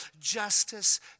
Justice